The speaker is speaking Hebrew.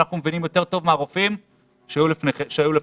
אנחנו מבינים יותר טוב מהרופאים שהיו לפנינו.